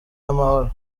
amahoro